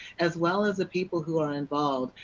as well as the people who are involved.